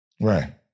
Right